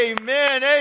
Amen